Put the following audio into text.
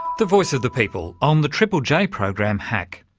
the voice of the people on the triple j program, hack.